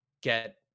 get